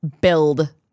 build